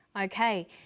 Okay